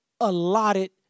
allotted